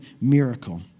miracle